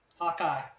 Hawkeye